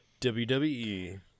WWE